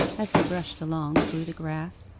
as they brushed along through the grass.